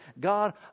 God